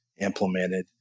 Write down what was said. implemented